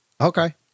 Okay